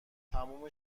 تموم